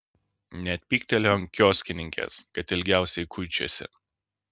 net pyktelėjo ant kioskininkės kad ilgiausiai kuičiasi